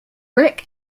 rick